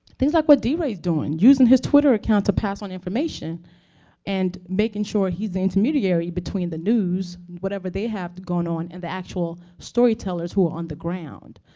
things like what deray's doing using his twitter account to pass on information and making sure he's the intermediary between the news whatever they have going on and the actual storytellers who are on the ground.